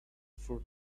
for